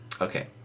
Okay